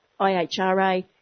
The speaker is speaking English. IHRA